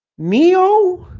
neo